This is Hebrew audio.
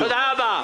תודה רבה.